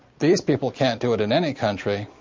these people can't do it in any country,